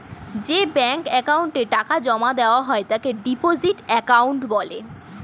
যে ব্যাঙ্ক অ্যাকাউন্টে টাকা জমা দেওয়া হয় তাকে ডিপোজিট অ্যাকাউন্ট বলে